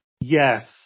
yes